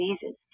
diseases